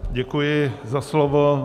Děkuji za slovo.